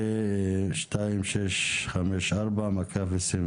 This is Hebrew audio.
התשפ"ב-2021 פ/2654/24.